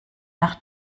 nach